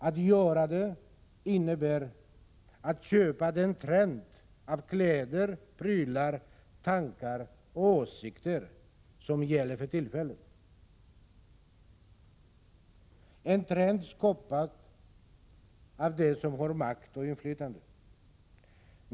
Det innebär att du måste köpa efter den trend för kläder, prylar, tankar och åsikter som gäller för tillfället, den trend som är skapad av dem som har makt och inflytande.